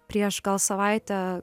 prieš gal savaitę